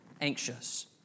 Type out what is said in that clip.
Anxious